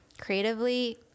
Creatively